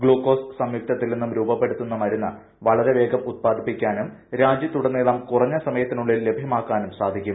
glucose സംയുക്തത്തിൽ നിന്നും രൂപപ്പെടുത്തുന്ന മരുന്ന് വളരെ വേഗം ഉത്പാദിപ്പിക്കാനും രാജ്യത്തുടനീളം കുറഞ്ഞ സമയത്തിനുളളിൽ ലഭ്യമാക്കാനും സാധിക്കും